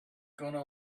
gonna